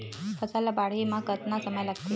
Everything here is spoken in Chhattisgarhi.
फसल ला बाढ़े मा कतना समय लगथे?